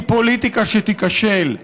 היא פוליטיקה שתיכשל.